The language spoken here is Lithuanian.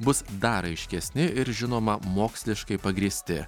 bus dar aiškesni ir žinoma moksliškai pagrįsti